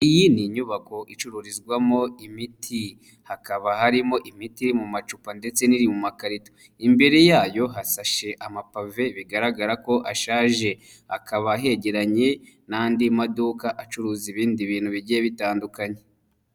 Iyi ni inyubako icururizwamo imiti, hakaba harimo imiti mu macupa ndetse n'iri mu makarito, imbere yayo hasashe amapave bigaragara ko ashaje, akaba ahegeranye n'andi maduka acuruza ibindi bintu bigiye bitandukanye.